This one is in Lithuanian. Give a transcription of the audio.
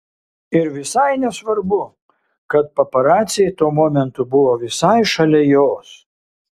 ir visai nesvarbu kad paparaciai tuo momentu buvo visai šalia jos